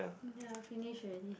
ya finished already